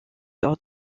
lors